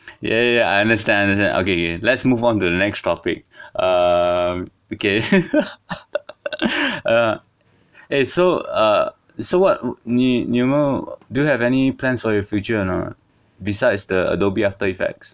ya ya ya I understand I understand okay okay let's move on to the next topic uh okay uh eh so uh so what 你你有没有 do you have any plans for your future anot besides the adobe after effects